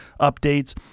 updates